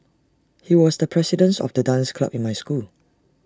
he was the president of the dance club in my school